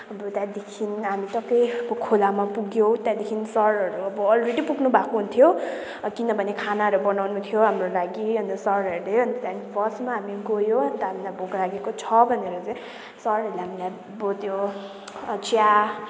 अब त्यहाँदेखि हामी सबै अब खोलामा पुगियो त्यहाँदेखि सरहरू अलरेडी पुग्नुभएको थियो किनभने खानाहरू बनाउनु थियो हाम्रो लागि अन्त सरहरूले अन्त त्यहाँदेखि फर्स्टमा हामी गयो अन्त हामीलाई भोक लागेको छ भनेर चाहिँ सरहरूले हामीलाई अब त्यो चिया